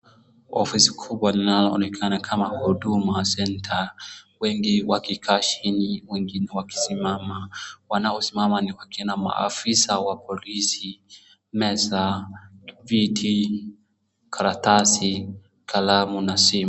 Ofisi kubwa inayoonekana kama huduma centre wengi wakikaa chini wengine wakisimama, wanaosimama ni akina maafisa wa polisi, meza, viti, karatasi, kalamu na simu.